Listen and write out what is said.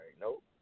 nope